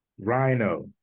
rhino